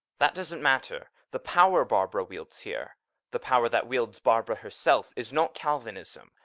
that doesn't matter. the power barbara wields here the power that wields barbara herself is not calvinism,